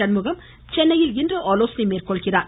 சண்முகம் சென்னையில் இன்று ஆலோசனை மேற்கொள்கிறார்